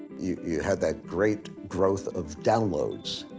you had that great growth of downloads.